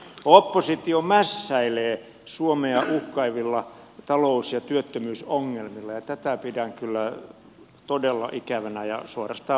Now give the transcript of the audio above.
oppositio mässäilee suomea uhkaavilla talous ja työttömyysongelmilla ja tätä pidän kyllä todella ikävänä ja suorastaan vastuuttomana